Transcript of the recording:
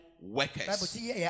workers